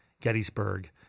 Gettysburg